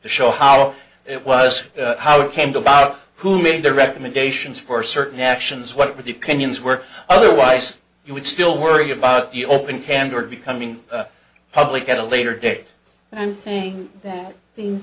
to show how it was how the came to bob who made the recommendations for certain actions what were the opinions were otherwise you would still worry about the open candor becoming public at a later date and saying that